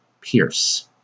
Pierce